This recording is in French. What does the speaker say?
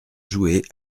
jouer